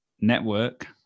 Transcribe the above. Network